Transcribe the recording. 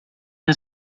het